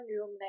room